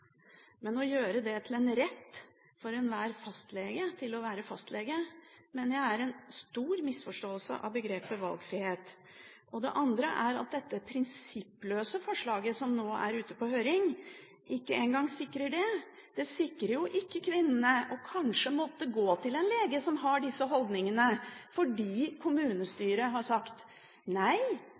men å gjøre det til en rett for enhver fastlege til å være fastlege, mener jeg er en stor misforståelse av begrepet «valgfrihet». Det andre er at dette prinsippløse forslaget som nå er ute på høring, ikke engang sikrer det. Det sikrer ikke kvinnene mot kanskje å måtte gå til en lege som har disse holdningene, enten fordi kommunestyret har sagt nei